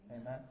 Amen